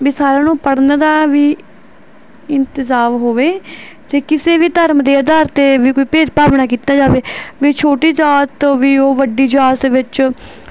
ਵੀ ਸਾਰਿਆਂ ਨੂੰ ਪੜ੍ਹਨ ਦਾ ਵੀ ਇੰਤਜ਼ਾਮ ਹੋਵੇ ਅਤੇ ਕਿਸੇ ਵੀ ਧਰਮ ਦੇ ਆਧਾਰ 'ਤੇ ਵੀ ਕੋਈ ਭੇਦਭਾਵ ਨਾ ਕੀਤਾ ਜਾਵੇ ਵੀ ਛੋਟੀ ਜਾਤ ਤੋਂ ਵੀ ਉਹ ਵੱਡੀ ਜਾਤ ਵਿੱਚ